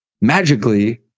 magically